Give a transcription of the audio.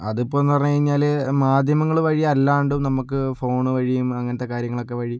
അതിപ്പോഴെന്നു പറഞ്ഞ് കഴിഞ്ഞാൽ മാധ്യമങ്ങൾ വഴി അല്ലാണ്ടും നമുക്ക് ഫോണ് വഴിയും അങ്ങനത്തെ കാര്യങ്ങളൊക്കെ വഴി